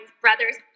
brothers